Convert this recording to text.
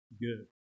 good